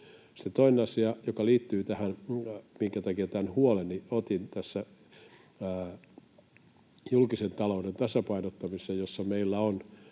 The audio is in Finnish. toinen asia, joka liittyy tähän, minkä takia otin tässä tämän huoleni: Julkisen talouden tasapainottamisessa meillä